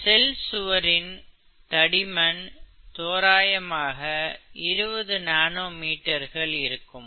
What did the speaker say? ஒரு செல் சுவரின் தடிமன் தோராயமாக 20 நானோ மீட்டர்கள் இருக்கும்